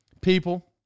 people